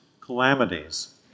calamities